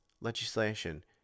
legislation